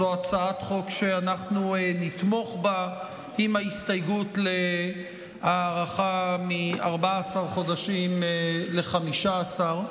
זו הצעת חוק שאנחנו נתמוך בה עם ההסתייגות להארכה מ-14 חודשים ל-15.